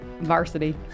Varsity